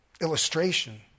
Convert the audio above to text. illustration